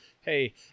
hey